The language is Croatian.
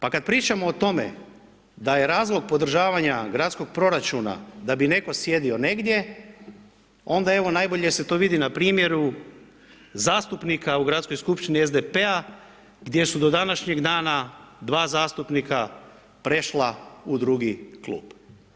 Pa kad pričamo o tome da je razlog podržavanja gradskog proračuna da bi neko sjedio negdje onda evo najbolje se to vidi na primjeru zastupnika u Gradskoj skupštini SDP-a gdje su do današnjeg dana 2 zastupnika prešla u drugi klub.